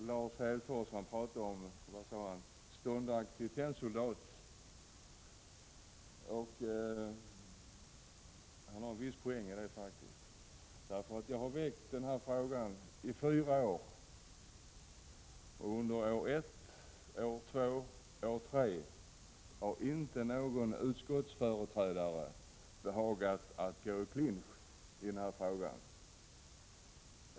Fru talman! Lars Hedfors talar om en ståndaktig tennsoldat. Han har faktiskt viss poäng i det, därför att jag drivit denna fråga i fyra år. Under år 1, år 2 och år 3 behagade inte någon utskottsföreträdare gå in i denna fråga.